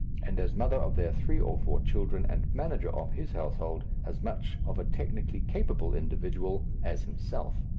and as mother of their three or four children and manager of his household, as much of a technically capable individual as himself.